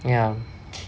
ya